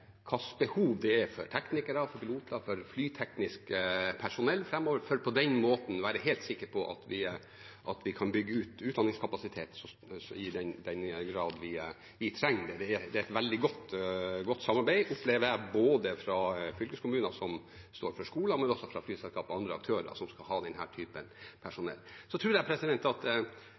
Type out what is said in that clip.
være helt sikre på at vi kan bygge ut utdanningskapasitet i den grad vi trenger det. Det er et veldig godt samarbeid, opplever jeg, både med fylkeskommuner som står for skolen, og med flyselskaper og andre aktører som skal ha denne typen personell. Jeg tror nok at vi har svart skolen med det vi kan svare skolen, om at